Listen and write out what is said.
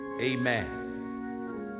Amen